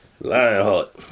Lionheart